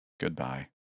Goodbye